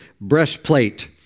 breastplate